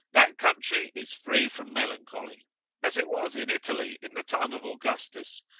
that country is free from melancholy as it was in italy in the time of augustus,